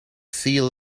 sea